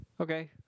Okay